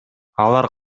алар